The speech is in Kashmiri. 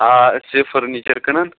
آ أسۍ چھِ فٔرنیٖچَر کٕنان